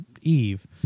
Eve